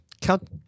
count